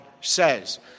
says